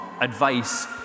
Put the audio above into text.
advice